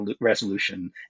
resolution